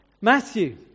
Matthew